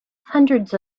hundreds